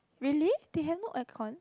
really they have no aircon